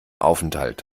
aufenthalt